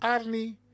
Arnie